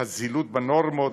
הזילות בנורמות,